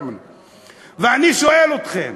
ואני שואל אתכם,